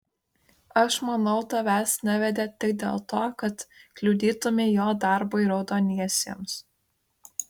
aš manau tavęs nevedė tik dėl to kad kliudytumei jo darbui raudoniesiems